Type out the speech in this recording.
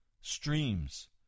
streams